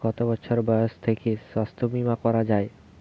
কত বছর বয়স থেকে স্বাস্থ্যবীমা করা য়ায়?